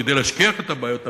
כדי להשכיח את הבעיות האחרות,